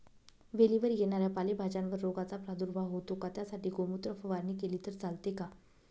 वेलीवर येणाऱ्या पालेभाज्यांवर रोगाचा प्रादुर्भाव होतो का? त्यासाठी गोमूत्र फवारणी केली तर चालते का?